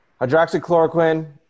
Hydroxychloroquine